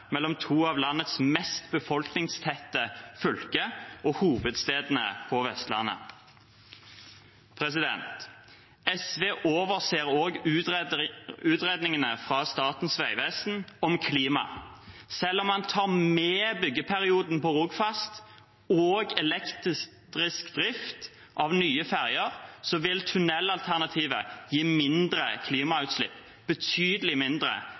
mellom to av landets mest befolkningstette fylker og hovedstedene på Vestlandet. SV overser også utredningene fra Statens vegvesen om klima. Selv om man tar med byggeperioden på Rogfast og elektrisk drift av nye ferjer, vil tunnelalternativet gi betydelig mindre